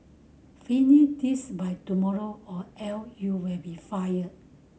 finish this by tomorrow or else you will be fired